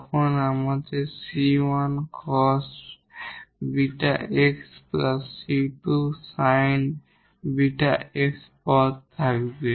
তখন আমাদের 𝑐1 cos 𝛽𝑥 𝑐2 sin 𝛽𝑥 term থাকবে